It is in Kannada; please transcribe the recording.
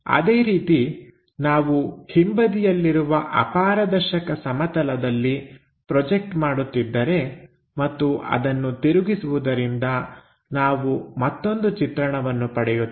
ಅದೇ ರೀತಿ ನಾವು ಹಿಂಬದಿಯಲ್ಲಿರುವ ಅಪಾರದರ್ಶಕ ಸಮತಲದಲ್ಲಿ ಪ್ರೊಜೆಕ್ಟ್ ಮಾಡುತ್ತಿದ್ದರೆ ಮತ್ತು ಅದನ್ನು ತಿರುಗಿಸುವುದರಿಂದ ನಾವು ಮತ್ತೊಂದು ಚಿತ್ರಣವನ್ನು ಪಡೆಯುತ್ತೇವೆ